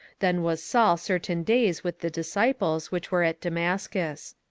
then was saul certain days with the disciples which were at damascus.